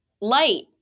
light